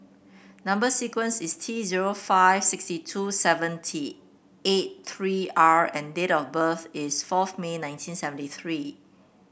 number sequence is T zero five sixty two seventy eight three R and date of birth is fourth May nineteen seventy three